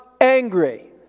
angry